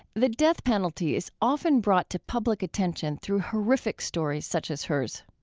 the death penalty is often brought to public attention through horrific stories such as hers.